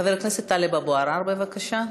חבר הכנסת טלב אבו עראר, בבקשה.